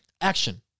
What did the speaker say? Action